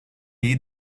iyi